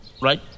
Right